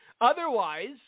Otherwise